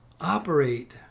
operate